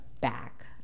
back